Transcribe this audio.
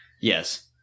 Yes